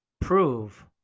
prove